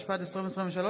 התשפ"ד 2023,